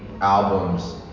albums